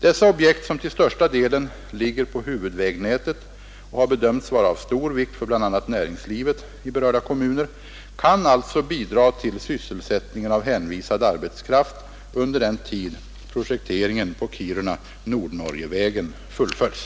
Dessa objekt, som till största delen ligger på huvudvägnätet och har bedömts vara av stor vikt för bl.a. näringslivet i berörda kommuner, kan alltså bidra till sysselsättningen av hänvisad arbetskraft under den tid projekteringen på Kiruna— Nordnorgevägen fullföljs.